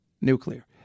nuclear